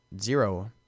zero